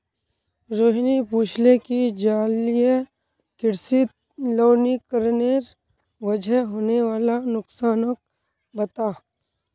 रोहिणी पूछले कि जलीय कृषित लवणीकरनेर वजह होने वाला नुकसानक बता